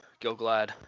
Gilglad